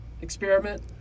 experiment